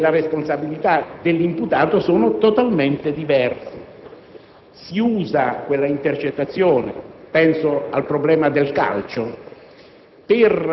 e della responsabilità dell'imputato sono totalmente diverse. Si usa quell'intercettazione - penso al problema del calcio